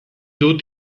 dut